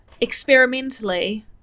experimentally